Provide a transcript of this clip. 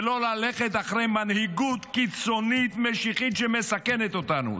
ולא ללכת אחרי מנהיגות קיצונית משיחית שמסכנת אותנו.